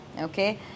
Okay